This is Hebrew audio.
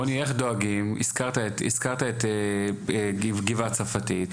רוני, הזכרת את הגבעה הצרפתית.